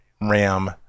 RAM